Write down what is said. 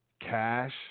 cash